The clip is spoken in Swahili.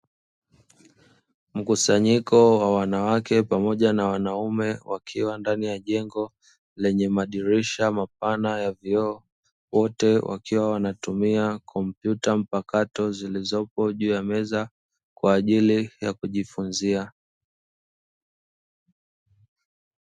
Mkusanyiko wa wanawake pamoja na wanaume wakiwa ndani ya jengo lenye madirisha mapana ya vioo, wote wakiwa wanatumia kompyuta mpakato zilizopo juu ya meza kwa ajili ya kujifunzia.